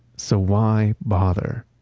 so, why bother?